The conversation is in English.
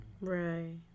right